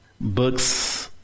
books